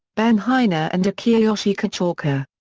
ben heine ah and akiyoshi kitaoka.